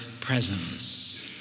presence